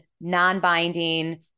non-binding